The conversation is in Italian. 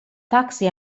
taxi